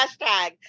hashtag